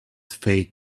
faith